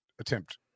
attempt